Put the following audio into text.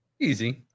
Easy